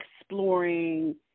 exploring